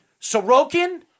Sorokin